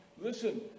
Listen